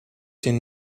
den